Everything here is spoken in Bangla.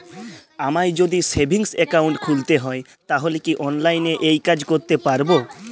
আমায় যদি সেভিংস অ্যাকাউন্ট খুলতে হয় তাহলে কি অনলাইনে এই কাজ করতে পারবো?